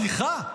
סליחה?